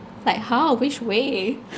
like how which way